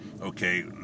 okay